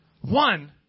One